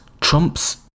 Trump's